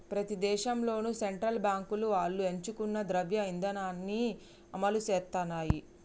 ప్రతి దేశంలోనూ సెంట్రల్ బాంకులు ఆళ్లు ఎంచుకున్న ద్రవ్య ఇదానాన్ని అమలుసేత్తాయి